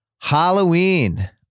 Halloween